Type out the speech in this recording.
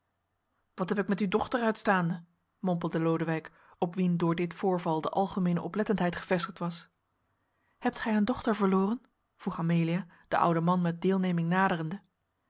wat heb ik met uw dochter uitstaande mompelde lodewijk op wien door dit voorval de algemeene oplettendheid gevestigd was hebt gij een dochter verloren vroeg amelia den ouden man met deelneming naderende